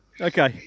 okay